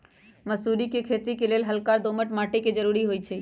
मसुरी कें खेति लेल हल्का दोमट माटी के जरूरी होइ छइ